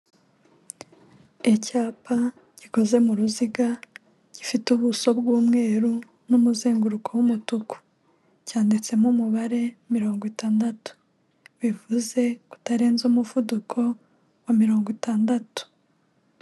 Icyapa gikoze mu ruziga, gifite ubuso bw'umweru n'umuzenguruko w'umutuku, cyanditsemo umubare mirongo itandatu, bivuze kutarenza umuvuduko wa mirongo itandatu.